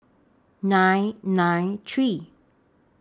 nine nine three